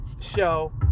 show